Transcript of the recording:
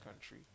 country